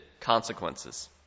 consequences